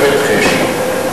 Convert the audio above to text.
השופט חשין,